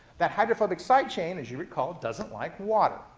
that hydrophobic side chain, as you recall, doesn't like water.